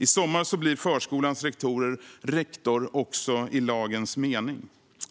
I sommar blir förskolans rektorer också i lagens mening rektorer.